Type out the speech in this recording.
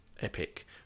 epic